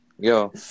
Yo